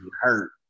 hurt